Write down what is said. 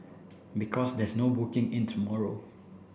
because there's no booking in tomorrow